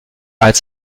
als